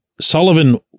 Sullivan